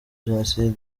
jenoside